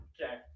Okay